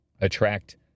attract